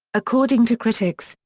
according to critics,